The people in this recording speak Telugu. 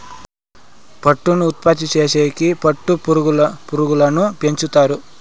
పట్టును ఉత్పత్తి చేసేకి పట్టు పురుగులను పెంచుతారు